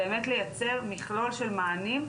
באמת לייצר מכלול של מענים,